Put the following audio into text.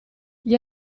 gli